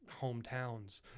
hometowns